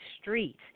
streets